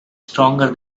stronger